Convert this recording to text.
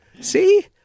See